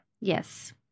Yes